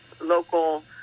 local